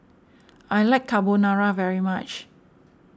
I like Carbonara very much